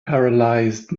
paralysed